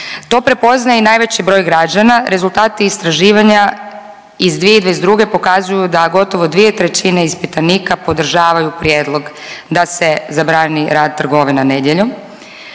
To prepoznaje i najveći broj građana, rezultati istraživanja iz 2022. pokazuju da gotovo 2/3 ispitanika podržavaju prijedlog da se zabrani rad trgovina nedjeljom.